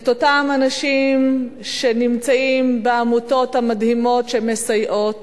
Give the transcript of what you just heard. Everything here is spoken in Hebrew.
את אותם אנשים שנמצאים בעמותות המדהימות שמסייעות